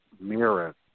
mirrors